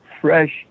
fresh